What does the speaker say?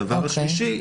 הדבר השלישי,